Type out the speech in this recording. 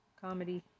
comedy